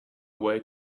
way